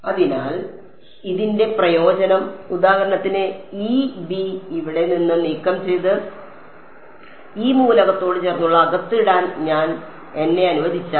അതിനാൽ ഇതിന്റെ പ്രയോജനം ഉദാഹരണത്തിന് ഈ ബി ഇവിടെ നിന്ന് നീക്കംചെയ്ത് ഈ മൂലകത്തോട് ചേർന്നുള്ള അകത്ത് ഇടാൻ ഞാൻ എന്നെ അനുവദിച്ചാൽ